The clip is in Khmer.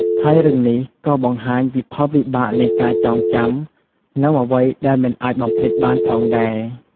ហើយរឿងនេះក៏បង្ហាញពីផលវិបាកនៃការចងចាំនូវអ្វីដែលមិនអាចបំភ្លេចបានផងដែរ ។